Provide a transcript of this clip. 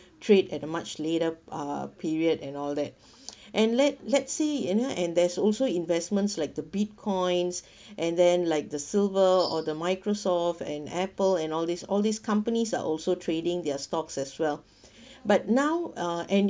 trade at much later uh period and all that and let let's see you know and there's also investments like the Bitcoins and then like the silver or the Microsoft and Apple and all these all these companies are also trading their stocks as well but now uh and